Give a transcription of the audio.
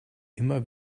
immer